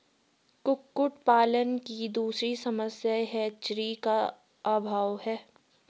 कुक्कुट पालन की दूसरी समस्या हैचरी का अभाव है